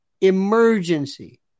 emergency